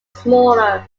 smaller